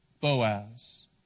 Boaz